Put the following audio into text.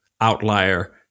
outlier